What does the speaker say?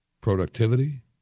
productivity